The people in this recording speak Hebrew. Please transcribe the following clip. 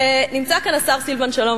נמצא כאן השר סילבן שלום.